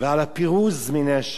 ועל הפירוז מנשק.